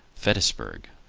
ferrisburgh,